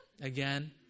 Again